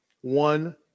one